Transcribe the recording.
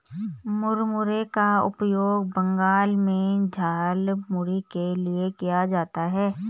मुरमुरे का उपयोग बंगाल में झालमुड़ी के लिए किया जाता है